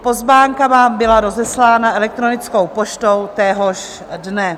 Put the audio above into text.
Pozvánka vám byla rozeslána elektronickou poštou téhož dne.